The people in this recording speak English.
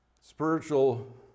spiritual